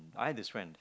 I have this friend